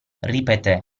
ripeté